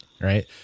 Right